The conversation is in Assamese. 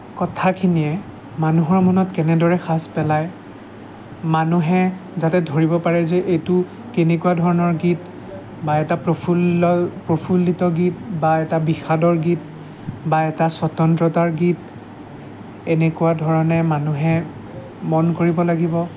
কথাখিনিয়ে মানুহৰ মনত কেনেদৰে সাঁচ পেলায় মানুহে যাতে ধৰিব পাৰে যে এইটো কেনেকুৱা ধৰণৰ গীত বা এটা প্ৰফুল্ল প্ৰফুল্লিত গীত বা এটা বিষাদৰ গীত বা এটা স্বতন্ত্ৰতাৰ গীত এনেকুৱা ধৰণে মানুহে মন কৰিব লাগিব